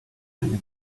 eine